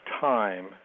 time